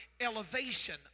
elevation